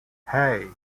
hey